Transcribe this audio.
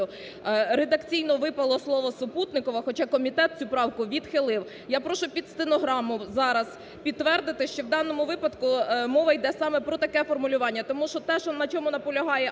Редакційно випало слово "супутникове", хоча комітет цю правку відхилив. Я прошу під стенограму зараз підтвердити, що в даному випадку мова йде саме про таке формулювання. Тому що те, на чому наполягає